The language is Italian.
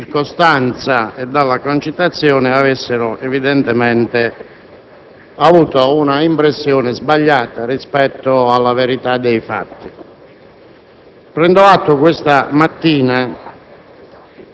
in buona fede, presi dalla circostanza e dalla concitazione, avrebbero tratto un'impressione sbagliata rispetto alla verità dei fatti.